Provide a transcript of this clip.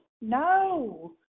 no